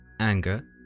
anger